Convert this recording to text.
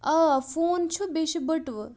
آ فون چھِ بیٚیہِ چھُ بٔٹوٕ